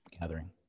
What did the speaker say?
gathering